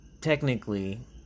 technically